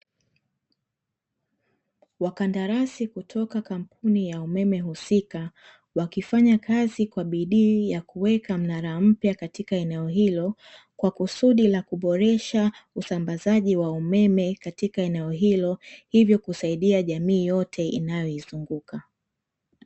Wakandarasi kutoka kampuni ya umeme husika, wakifanya kazi kwa bidii ya kuweka mnara mpya katika eneo hilo, kwa kusudi la kuboresha , usambazaji wa umeme katika eneo hilo, hivyo kusaidia jamii yote inayoizunguka.